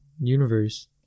universe